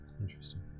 Interesting